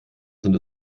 sind